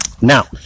Now